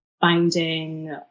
finding